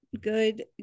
good